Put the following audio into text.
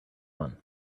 one